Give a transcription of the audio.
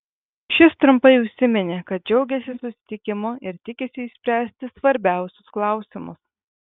šis trumpai užsiminė kad džiaugiasi susitikimu ir tikisi išspręsti svarbiausius klausimus